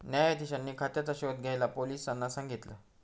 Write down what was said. न्यायाधीशांनी खात्याचा शोध घ्यायला पोलिसांना सांगितल